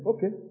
Okay